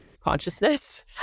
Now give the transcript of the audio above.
consciousness